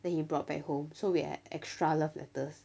then he brought back home so we have extra love letters